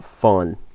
fun